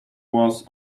was